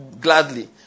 gladly